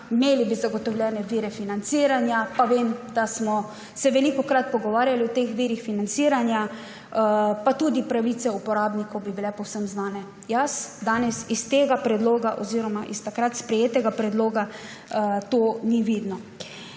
imeli bi zagotovljene vire financiranja, pa vem, da smo se velikokrat pogovarjali o teh virih financiranja, in tudi pravice uporabnikov bi bile povsem znane. Jaz danes iz tega predloga oziroma iz takrat sprejetega predloga to ni vidno.